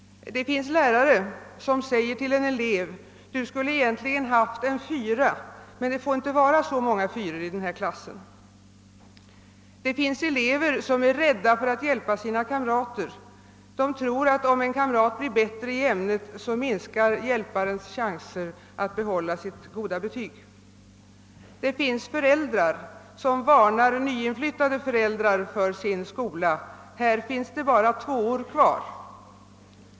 Det finns lärare som säger till en elev: Du skulle egentligen ha haft en 4:a, men det får inte vara så många 4:or i den här klassen. Det finns elever som aktar sig för att hjälpa kamrater — blir en kamrat bättre i ämnet, minskar hjälparens chanser att få behålla ett bra betyg, tror de. Det finns föräldrar som varnar nyinflyttade föräldrar för sin skola: Där finns det bara 2:or kvar!